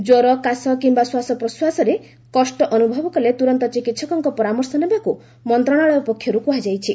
ଜ୍ୱର କାଶ କିମ୍ବା ଶ୍ୱାସପ୍ରଶ୍ୱାସରେ କଷ୍ଟ ଅନୁଭବ କଲେ ତୁରନ୍ତ ଚିକିହକଙ୍କ ପରାମର୍ଶ ନେବାକୁ ମନ୍ତ୍ରଣାଳୟ ପକ୍ଷରୁ କୁହାଯାଇଛି